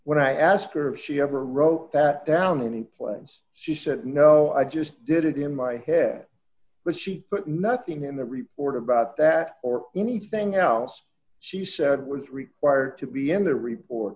when i asked her if she ever wrote that down any planes she said no i just did it in my head but she put nothing in the report about that or anything else she said was required to be in the report